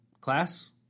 class